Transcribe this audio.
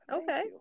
Okay